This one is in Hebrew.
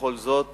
ובכל זאת